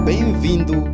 Bem-vindo